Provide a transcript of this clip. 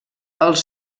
els